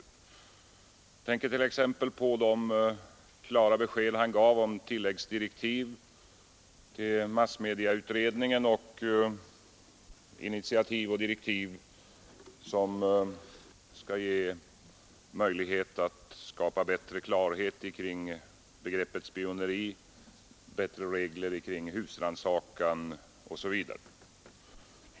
Jag tänker t.ex. på det klara besked han gav om tilläggsdirektiv till massmedieutredningen samt om inititativ och direktiv som skall ge möjlighet att skapa bättre klarhet kring begreppet spioneri, bättre regler om husrannsakan osv.